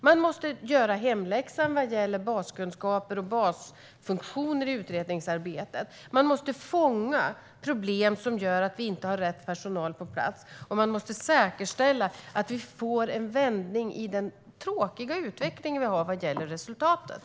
Man måste göra hemläxan vad gäller baskunskaper och basfunktioner i utredningsarbetet, man måste fånga problem som gör att vi inte har rätt personal på plats och man måste säkerställa att vi får en vändning i den tråkiga utveckling vi ser när det gäller resultatet.